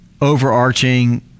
overarching